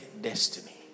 destiny